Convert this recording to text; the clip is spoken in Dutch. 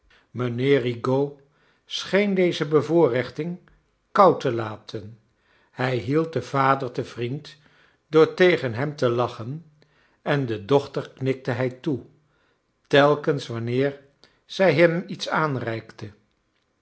mijnheer rigaud scheen deze bevoorrechting koud te laten hij hield den vader te vriend door tegen hem te lachen en de dochter knikte hij toe telkens wanneer zij hem iets aanreikte